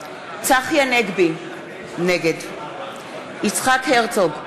צחי הנגבי, נגד יצחק הרצוג,